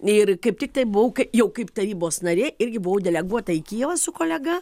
ir kaip tiktai buvau jau kaip tarybos narė irgi buvau deleguota iki jo su kolega